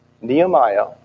Nehemiah